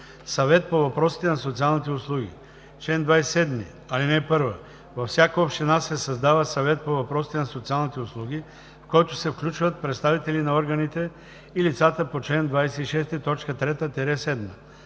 „Съвет по въпросите на социалните услуги Чл. 27. (1) Във всяка община се създава съвет по въпросите на социалните услуги, в който се включват представители на органите и лицата по чл. 26, т.